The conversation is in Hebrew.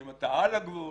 אם אתה על הגבול,